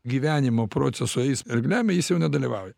gyvenimo proceso jis ir lemia jis jau nedalyvauja